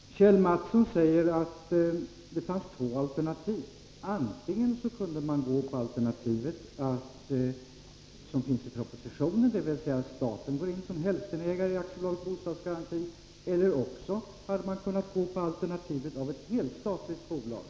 Herr talman! Kjell Mattsson säger att det fanns två alternativ. Antingen kunde man välja det alternativ som föreslås i propositionen, dvs. att staten går in som hälftenägare i AB Bostadsgaranti, eller också kunde man välja alternativet ett helt statligt bolag.